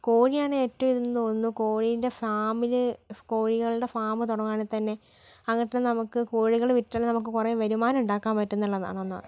കോഴിയാണ് ഏറ്റോം ഇതെന്ന് തോന്നുന്നു കോഴിൻ്റെ ഫാമിൽ കോഴികളുടെ ഫാം തുടങ്ങുവാണേൽ തന്നെ അങ്ങനത്തെ നമുക്ക് കോഴികളെ വിറ്റാണേൽ നമുക്ക് കുറെ വരുമാനം ഉണ്ടാക്കാൻ പറ്റുമെന്നുള്ളതാണെന്നാണ്